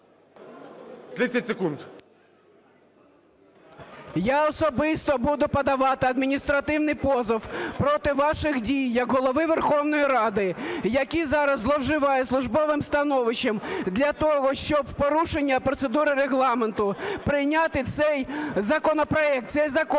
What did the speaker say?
Я особисто буду подавати адміністративний позов проти ваших дій як Голови Верховної Ради, який зараз зловживає службовим становищем для того, щоб в порушення процедури Регламенту прийняти цей законопроект, цей закон.